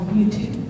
YouTube